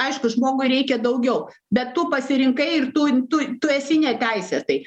aišku žmogui reikia daugiau bet tu pasirinkai ir tu tu tu esi neteisėtai